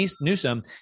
Newsom